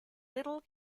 little